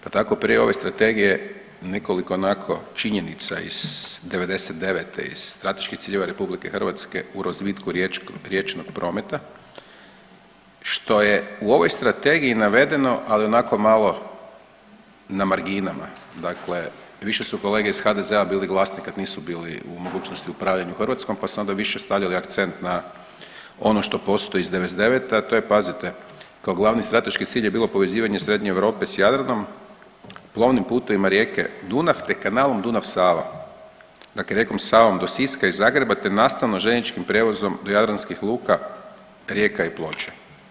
Pa tako prije ove strategije nekoliko onako činjenica iz '99. iz strateških ciljeva RH u razvitku riječnog prometa, što je u ovoj strategiji navedeno, ali onako malo na marginama, dakle više su kolege iz HDZ-a bili glasni kad nisu bili u mogućnosti upravljanju Hrvatskom, pa su onda više stavljali akcent na ono što postoji iz '99., a to je pazite kao glavni strateški cilj je bilo povezivanje Srednje Europe s Jadranom, plovnim putevima rijeke Dunav, te kanalom Dunav-Sava, dakle rijekom Savom do Siska iz Zagreba, te nastavno željezničkim prijevozom do jadranskih luka, rijeka i ploča.